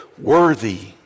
worthy